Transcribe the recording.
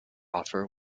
offer